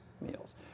meals